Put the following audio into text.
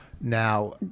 now